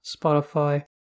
Spotify